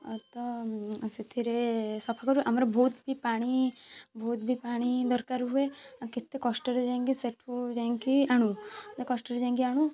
ଅତ ସେଥିରେ ସଫା କରୁ ଆମର ବହୁତ ବି ପାଣି ବହୁତ ବି ପାଣି ଦରକାର ହୁଏ କେତେ କଷ୍ଟରେ ଯାଇଁକି ସେଠୁ ଯାଇଁକି ଆଣୁ କେତେ କଷ୍ଟରେ ଯାଇଁକି ଆଣୁ